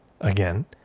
again